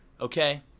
Okay